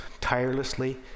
tirelessly